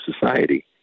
society